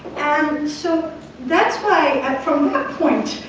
and so that's why from that point,